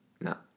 No